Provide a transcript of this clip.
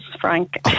Frank